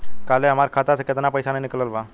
काल्हे हमार खाता से केतना पैसा निकलल बा?